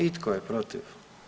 I tko je protiv?